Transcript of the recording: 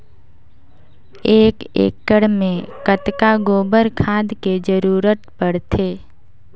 एक एकड़ मे कतका गोबर खाद के जरूरत पड़थे?